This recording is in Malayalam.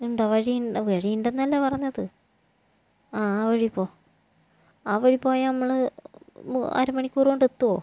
ഉണ്ടോ വഴി ഇൻ വഴി ഉണ്ടെന്നല്ലേ പറഞ്ഞത് ആ ആ വഴി പോ ആ വഴി പോയാൽ നമ്മൾ മു അര മണിക്കൂറുകൊണ്ട് എത്തുവോ